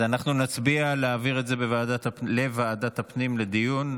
אז אנחנו נצביע להעביר את זה לוועדת הפנים לדיון.